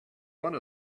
one